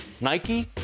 Nike